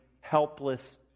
helpless